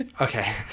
okay